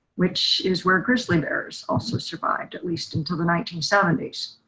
which is where grizzly bears also survived at least until the nineteen seventy s.